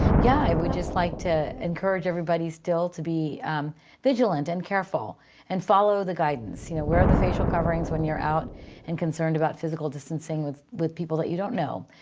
yeah, i would just like to encourage everybody's still to be vigilant and careful and follow the guidance. you know wear the facial coverings when you're out and concerned about physical distancing with with people that you don't know.